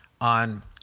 on